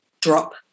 drop